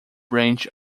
branch